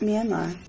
Myanmar